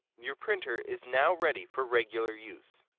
your printer is now ready for regular use.